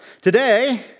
Today